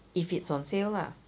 if it's on sale lah